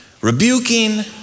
rebuking